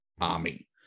army